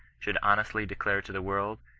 should honestly declare to the world,